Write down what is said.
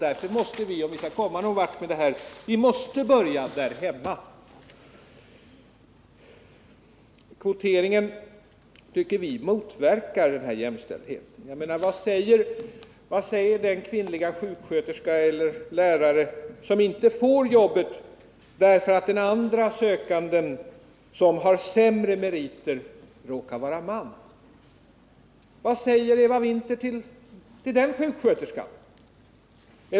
Därför måste vi börja där hemma, om vi vill nå någon vart. Kvotering motverkar jämställdheten. Vad säger den kvinnliga sjuksköterska eller lärare som inte får jobbet därför att den andre sökanden som har sämre meriter råkar vara man? Vad säger Eva Winther till den sjuksköterskan?